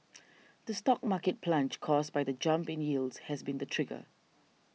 the stock market plunge caused by the jump in yields has been the trigger